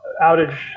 outage